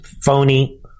phony